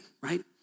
right